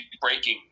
breaking